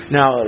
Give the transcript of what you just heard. Now